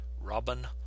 Robin